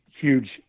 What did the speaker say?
huge